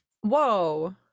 Whoa